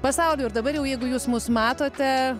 pasauliui ir dabar jau jeigu jūs mus matote